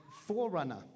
forerunner